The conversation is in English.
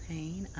Pain